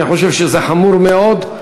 אני חושב שזה חמור מאוד.